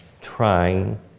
trying